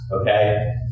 okay